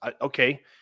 Okay